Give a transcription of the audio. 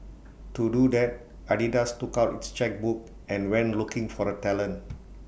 to do that Adidas took out its chequebook and went looking for the talent